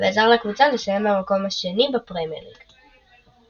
ועזר לקבוצה לסיים במקום השני בפרמייר ליג.